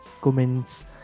comments